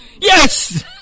yes